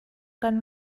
kan